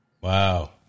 Wow